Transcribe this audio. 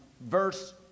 verse